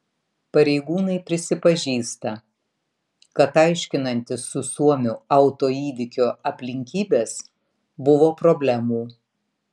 pareigūnai prisipažįsta kad aiškinantis su suomiu autoįvykio aplinkybes buvo problemų